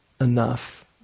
enough